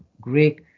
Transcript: Greek